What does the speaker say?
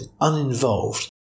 uninvolved